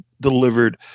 delivered